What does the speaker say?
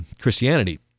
Christianity